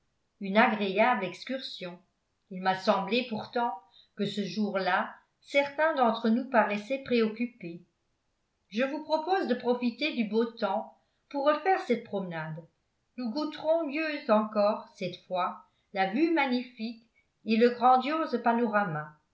une agréable excursion il m'a semblé pourtant que ce jour-là certains d'entre nous paraissaient préoccupés je vous propose de profiter du beau temps pour refaire cette promenade nous goûterons mieux encore cette fois la vue magnifique et le grandiose panorama